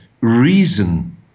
reason